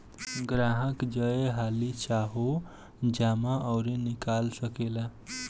ग्राहक जय हाली चाहो जमा अउर निकाल सकेला